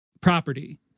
property